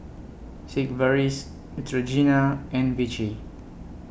Sigvaris Neutrogena and Vichy